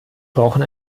brauchen